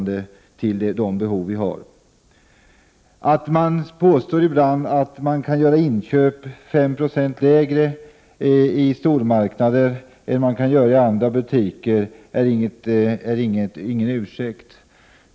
Det påstås ibland att inköp kan göras till 5 26 lägre pris vid stormarknader jämfört med andra butiker, men det är ingen ursäkt.